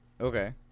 Okay